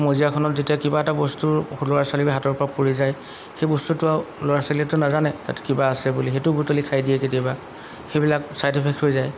মজিয়াখনত যেতিয়া কিবা এটা বস্তু সৰু ল'ৰা ছোৱালীবোৰৰ হাতৰপৰা যায় সেই বস্তুটো আৰু ল'ৰা ছোৱালীটো নাজানে তাত কিবা আছে বুলি সেইটোও বুটলি খাই দিয়ে কেতিয়াবা সেইবিলাক চাইড ইফেক্ট হৈ যায়